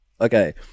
Okay